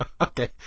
Okay